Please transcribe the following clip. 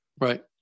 Right